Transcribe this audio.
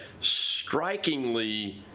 strikingly